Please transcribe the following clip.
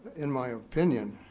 in my opinion.